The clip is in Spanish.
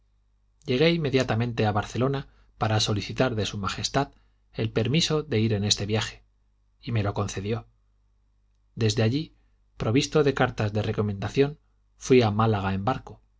llegué inmediatamente a barcelona para solicitar de su majestad el permiso de ir en este viaje y me lo concedió desde allí provisto de cartas de recomendación fui a málaga en barco